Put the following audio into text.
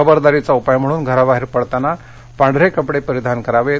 खबरदारीचा उपाय म्हणन घराबाहेर पडताना पांढरे कपडे परिधान करावेत